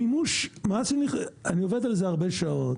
שהמימוש, אני עובד על זה הרבה שעות,